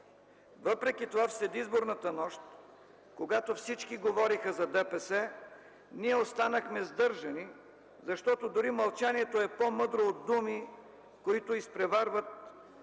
Въпреки това в предизборната нощ, когато всички говореха за ДПС, ние останахме сдържани, защото дори мълчанието е по-мъдро от думи, които изпреварват трезвата